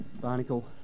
Barnacle